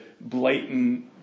blatant